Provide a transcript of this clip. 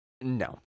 No